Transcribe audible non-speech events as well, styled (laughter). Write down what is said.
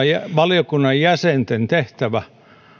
(unintelligible) ja tämän valiokunnan jäsenten tehtävä